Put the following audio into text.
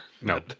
No